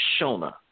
Shona